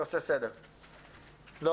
שלום